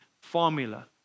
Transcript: formula